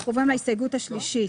אנחנו עוברים להסתייגות השלישית.